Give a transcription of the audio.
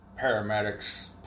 paramedics